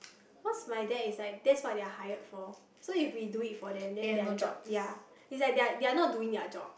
cause my dad is like that's why they are hired for so if we do it for them then their job ya is like they are they are not doing their job